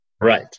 Right